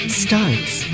starts